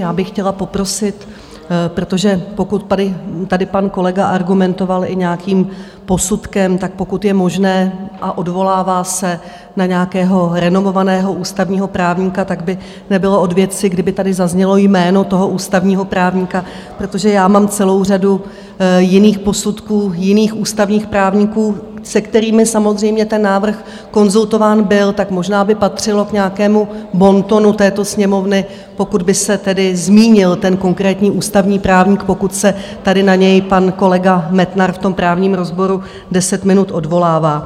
Já bych chtěla poprosit, protože pokud tady pan kolega argumentoval i nějakým posudkem, tak pokud je možné, a odvolává se na nějakého renomovaného ústavního právníka, tak by nebylo od věci, kdyby tady zaznělo jméno toho ústavního právníka, protože já mám celou řadu jiných posudků jiných ústavních právníků, se kterými samozřejmě ten návrh konzultován byl, tak možná by patřilo k nějakému bontonu této Sněmovny, pokud by se tedy zmínil ten konkrétní ústavní právník, pokud se tady na něj pan kolega Metnar v tom právním rozboru deset minut odvolává.